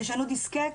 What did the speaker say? תשנו דיסקט